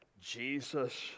Jesus